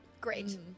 Great